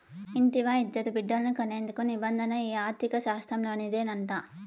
ఇంటివా, ఇద్దరు బిడ్డల్ని కనేందుకు నిబంధన ఈ ఆర్థిక శాస్త్రంలోనిదేనంట